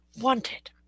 wanted